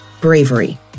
bravery